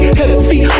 heavy